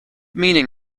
meaning